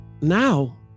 now